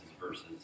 verses